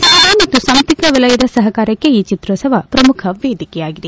cinema ಮತ್ತು ಸಾಂಸ್ಟತಿಕ ವಲಯದ ಸಹಕಾರಕ್ಕೆ ಈ ಚಿತ್ರೋತ್ಸವ ಪ್ರಮುಖ ವೇದಿಕೆಯಾಗಿದೆ